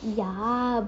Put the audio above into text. ya